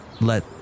let